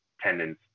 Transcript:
tendons